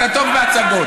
אתה טוב בהצגות.